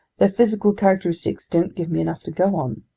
their physical characteristics don't give me enough to go on.